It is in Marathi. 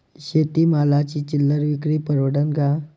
शेती मालाची चिल्लर विक्री परवडन का?